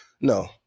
No